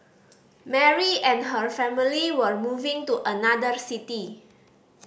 Mary and her family were moving to another city